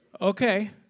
Okay